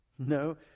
No